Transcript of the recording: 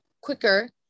quicker